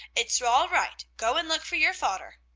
it's all right, go and look for your fodder.